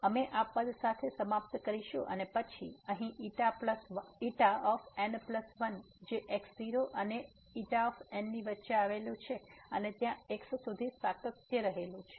તેથી અમે આ પદ સાથે સમાપ્ત કરીશું અને પછી અહીં n1 જે x0 અને n ની વચ્ચે આવેલું છે અને ત્યાં x સુધી સાતત્ય રહેલું છે